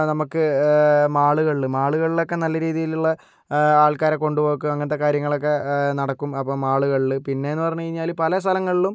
നമുക്ക് മാളുകളില് മാളുകളിലൊക്കെ നല്ല രീതിയിലുള്ള ആൾക്കാരെ കൊണ്ട് പോക്ക് അങ്ങനത്തെ കാര്യങ്ങളൊക്കെ നടക്കും അപ്പം മാളുകളില് പിന്നേന്ന് പറഞ്ഞു കഴിഞ്ഞാല് പല സ്ഥലങ്ങളിലും